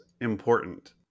important